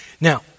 Now